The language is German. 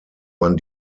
man